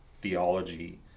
theology